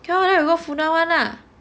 okay lor then we go funan [one] lah